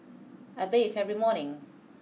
I bathe every morning